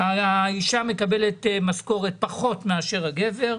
האישה מקבלת משכורת פחות מאשר הגבר מקבל.